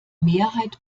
mehrheit